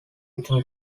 eton